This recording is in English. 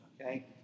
okay